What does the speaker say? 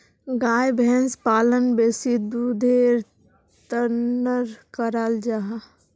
गाय भैंस पालन बेसी दुधेर तंर कराल जाहा